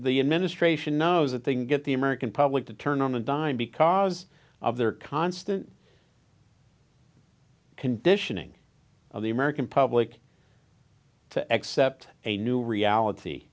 administration knows a thing get the american public to turn on a dime because of their constant conditioning of the american public to accept a new reality